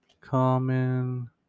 common